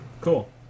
Cool